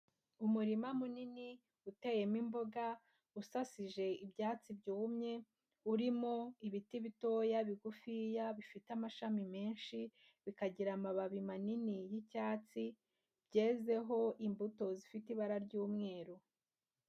Umurima munini uteyemo imboga, usasije ibyatsi byumye, urimo ibiti bitoya, bigufiya, bifite amashami menshi, bikagira amababi manini y'icyatsi, byezeho imbuto zifite ibara ry'umweru.